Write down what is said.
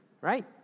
right